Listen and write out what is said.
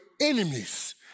enemies